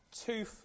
Two